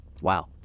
wow